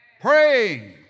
Praying